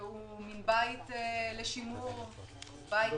שהוא מין בית לשימור ביפו,